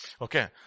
Okay